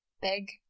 big